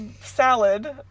salad